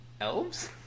Elves